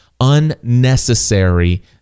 unnecessary